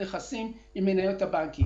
נכסים עם מניות הבנקים.